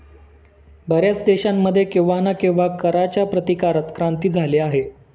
बर्याच देशांमध्ये केव्हा ना केव्हा कराच्या प्रतिकारात क्रांती झाली आहे